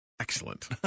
Excellent